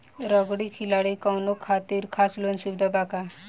Rugby खिलाड़ी खातिर कौनो खास लोन सुविधा बा का?